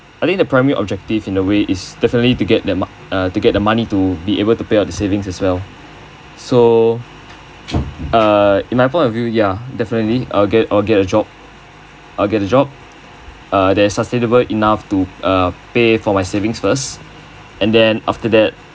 I think the primary objective in a way is definitely to get the mo~ to get the money to be able to pay out the savings as well so uh in my point of view ya definitely I'll get I'll get a job I'll get the job uh that's sustainable enough to uh pay for my savings first and then after that